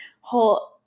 whole